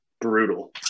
brutal